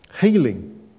healing